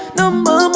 number